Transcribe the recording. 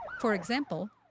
for example,